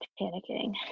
panicking